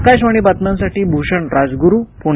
आकाशवाणी बातम्यांसाठी भूषण राजगुरू पुणे